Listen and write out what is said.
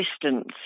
distance